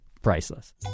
priceless